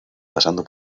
pasando